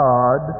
God